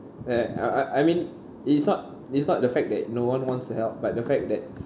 ya I I I mean it's not it's not the fact that no one wants to help but the fact that